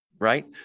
right